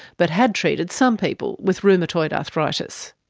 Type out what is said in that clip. but had treated some people with rheumatoid arthritis.